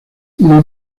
una